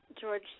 George